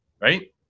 right